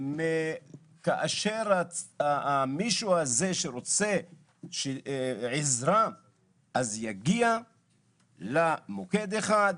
כאשר מישהו רוצה עזרה הוא יגיע למוקד אחד,